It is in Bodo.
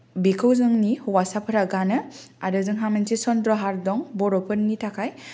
बेखौ जोंनि हौवासाफ्रा गानो आरो जोंहा मोनसे सन्द्रहार दं बर'फोरनि थाखाय